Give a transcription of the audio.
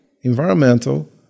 environmental